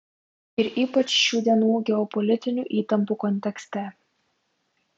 ir ypač šių dienų geopolitinių įtampų kontekste